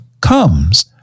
comes